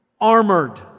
armored